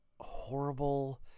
horrible